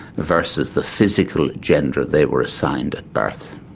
versus the physical gender they were assigned at birth.